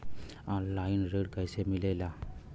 Online ऋण कैसे मिले ला?